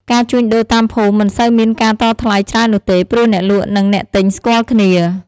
ការជួញដូរតាមភូមិមិនសូវមានការតថ្លៃច្រើននោះទេ ព្រោះអ្នកលក់និងអ្នកទិញស្គាល់គ្នា។